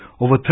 over